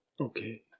Okay